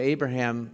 Abraham